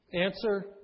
Answer